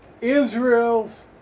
Israel's